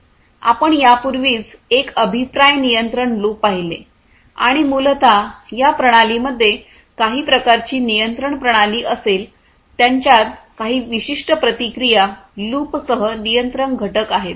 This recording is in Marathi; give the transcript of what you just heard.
आपण यापूर्वीच एक अभिप्राय नियंत्रण लूप पाहिले आणि मूलत या प्रणालींमध्ये काही प्रकारची नियंत्रण प्रणाली असेल त्यांच्यात काही विशिष्ट प्रतिक्रिया लूपसह नियंत्रण घटक आहेत